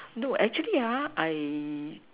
no actually I